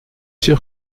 sûr